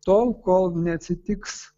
tol kol neatsitiks